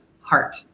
heart